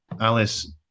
Alice